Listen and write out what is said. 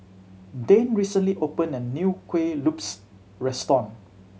Dane recently opened a new Kuih Lopes restaurant